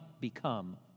become